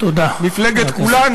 מפלגת כולנו,